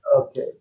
Okay